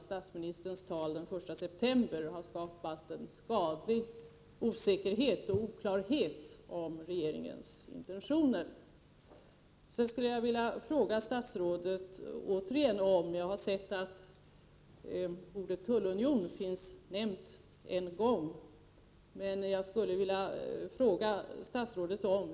Statsministerns tal den 1 september har ju skapat en skadlig osäkerhet och oklarhet om regeringens intentioner. Jag har sett att ordet tullunion finns nämnt en gång i statsrådets manus.